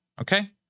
okay